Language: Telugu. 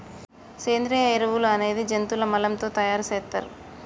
సేంద్రియ ఎరువులు అనేది జంతువుల మలం తో తయార్ సేత్తర్